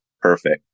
Perfect